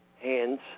hands